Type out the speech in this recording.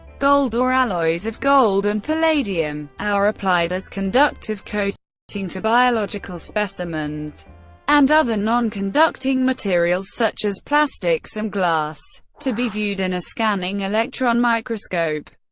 gold, or alloys of gold and palladium, are applied as conductive coating to to biological specimens and other non-conducting materials such as plastics and glass to be viewed in a scanning electron microscope.